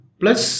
plus